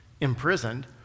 imprisoned